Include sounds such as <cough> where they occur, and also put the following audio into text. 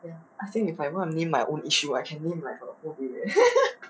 !aiya! if I think if I want to name my own issue I think I can name like the whole day eh <laughs>